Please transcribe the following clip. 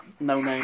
no-name